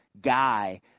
guy